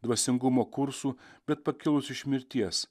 dvasingumo kursų bet pakilus iš mirties